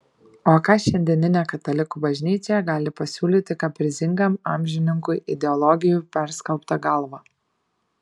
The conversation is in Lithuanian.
o ką šiandienė katalikų bažnyčia gali pasiūlyti kaprizingam amžininkui ideologijų perskalbta galva